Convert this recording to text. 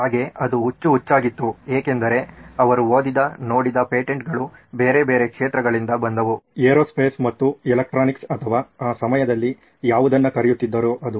ಹಾಗೇ ಅದು ಹುಚ್ಚು ಹುಚ್ಚಗಿತ್ತು ಏಕೆಂದರೆ ಅವರು ಓದಿದ ನೋಡಿದ ಪೇಟೆಂಟ್ಗಳು ಬೇರೆ ಬೇರೆ ಕ್ಷೇತ್ರಗಳಿಂದ ಬಂದವು ಏರೋಸ್ಪೇಸ್ ಮತ್ತು ಎಲೆಕ್ಟ್ರಾನಿಕ್ಸ್ ಅಥವಾ ಆ ಸಮಯದಲ್ಲಿ ಯಾವುದನ್ನ ಕರೆಯುತ್ತಿದ್ದರೋ ಅದು